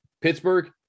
Pittsburgh